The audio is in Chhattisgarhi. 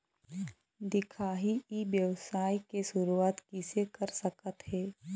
दिखाही ई व्यवसाय के शुरुआत किसे कर सकत हे?